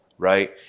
right